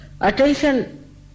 attention